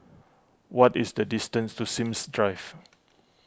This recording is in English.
what is the distance to Sims Drive